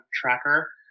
Tracker